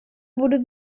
wurde